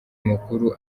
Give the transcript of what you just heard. mukuru